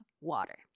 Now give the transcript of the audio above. water